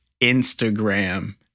Instagram